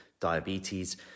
diabetes